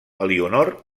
elionor